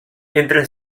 entre